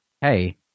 hey